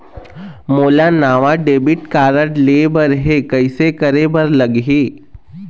मोला नावा debit card लेबर हे, कइसे करे बर लगही?